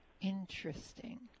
interesting